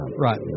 Right